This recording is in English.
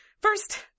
First